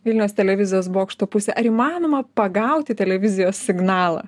vilniaus televizijos bokšto pusę ar įmanoma pagauti televizijos signalą